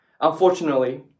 Unfortunately